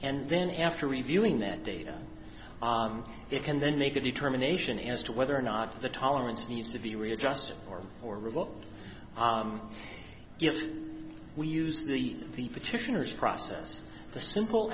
and then after reviewing that data it can then make a determination as to whether or not the tolerance needs to be readjusted or or revoke if we use the petitioner's process the simple